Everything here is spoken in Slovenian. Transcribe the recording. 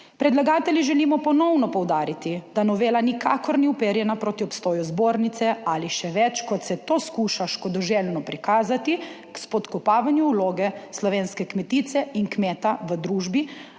Predlagatelji želimo ponovno poudariti, da novela nikakor ni uperjena proti obstoju Zbornice ali še več, kot se to skuša škodoželjno prikazati, k spodkopavanju vloge slovenske kmetice in kmeta v družbi,